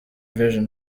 vision